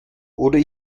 oder